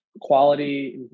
quality